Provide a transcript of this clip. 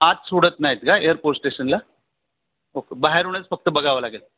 आत सोडत नाही आहेत का एअर फोर्स स्टेशनला ओके बाहेरूनंच फक्त बघावं लागेल